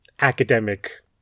academic